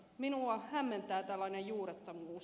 minua hämmentää tällainen juurettomuus